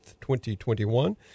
2021